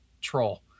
troll